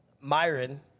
myron